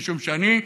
משום שאני,